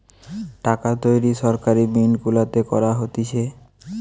টাকা তৈরী সরকারি মিন্ট গুলাতে করা হতিছে